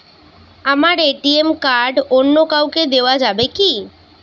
আমার ATM card অন্য কাউকে দেওয়া যাবে কি?